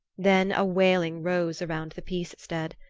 then a wailing rose around the peace stead.